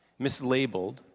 mislabeled